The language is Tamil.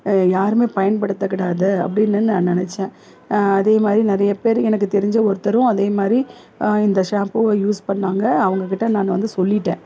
யாருமே பயன்படுத்தக்கூடாது அப்படின்னு நான் நினச்சேன் அதேமாதிரி நிறைய பேர் எனக்கு தெரிஞ்ச ஒருத்தரும் அதேமாதிரி இந்த ஷாம்புவை யூஸ் பண்ணாங்க அவங்ககிட்ட நான் வந்து சொல்லிவிட்டேன்